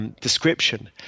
description